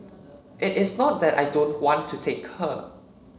it is not that I don't want to take her